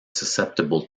susceptible